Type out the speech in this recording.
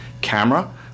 camera